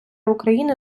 україни